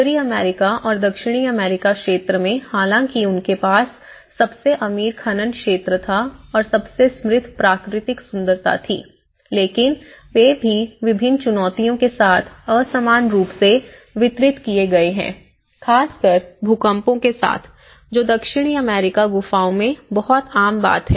उत्तर अमेरिकी और दक्षिण अमेरिकी क्षेत्र में हालांकि उनके पास सबसे अमीर खनन क्षेत्र था और सबसे समृद्ध प्राकृतिक सुंदरता थी लेकिन वे भी विभिन्न चुनौतियों के साथ असमान रूप से वितरित किए गए हैं खासकर भूकंपों के साथ जो दक्षिण अमेरिकी गुफाओं में बहुत आम बात है